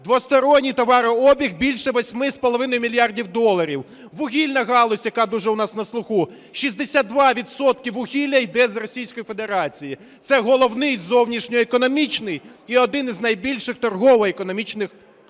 Двосторонній товарообіг більше 8,5 мільярда доларів. Вугільна галузь, яка дуже у нас на слуху: 62 відсотки вугілля йде з Російської Федерації. Це головний зовнішньоекономічний і один із найбільших торгово-економічних партнерів